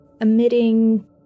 emitting